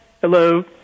Hello